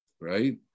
right